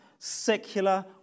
Secular